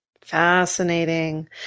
Fascinating